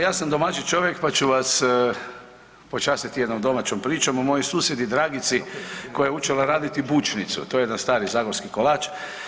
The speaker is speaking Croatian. Ja sam domaći čovjek pa ću vas počastiti jednom domaćom pričom o mojoj susjedi Dragici koja je učila raditi bučnicu, a to je jedan stari zagorski kolač.